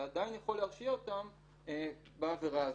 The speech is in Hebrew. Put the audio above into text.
זה עדין יכול להרשיע אותם בעבירה הזאת.